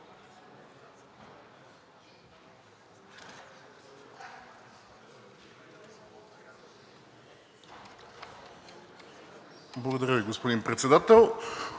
Благодаря, господин Председател.